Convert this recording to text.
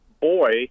boy